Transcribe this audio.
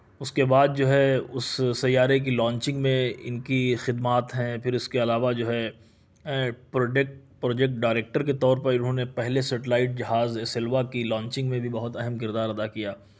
اس کے بعد جو ہے اس سیارے کی لانچنگ میں ان کی خدمات ہیں پھر اس کے علاوہ جو ہے پروڈکٹ پروجیکٹ ڈائریکٹر کے طور پر انہوں نے پہلے سیٹلائٹ جہاز اسلوا کی لانچنگ میں بھی بہت اہم کردار ادا کیا